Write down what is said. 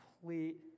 complete